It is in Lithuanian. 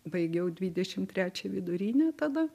baigiau dvidešim trečią vidurinę tada